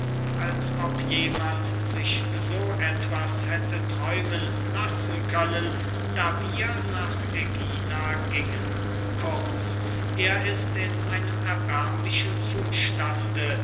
als ob jemand sich so etwas hätte träumen lassen können da wir nach ägina gingen kurz er ist in einem erbärmlichen zustande